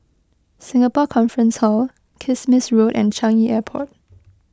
Singapore Conference Hall Kismis Road and Changi Airport